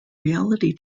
reality